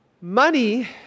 Money